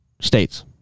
states